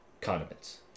condiments